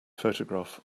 photograph